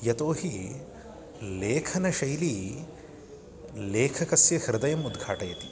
यतो हि लेखनशैली लेखकस्य हृदयम् उद्घाटयति